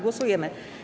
Głosujemy.